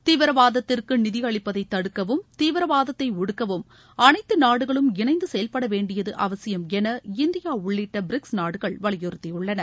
தீவிரவாதத்திற்கு நிதியளிப்பதை தடுக்கவும் தீவிரவாதத்தை ஒடுக்கவும் அனைத்து நாடுகளும் இணைந்து செயல்படவேண்டியது அவசியம் என இந்தியா உள்ளிட்ட பிரிக்ஸ் நாடுகள் வலியுறுத்தியுள்ளன